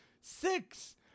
six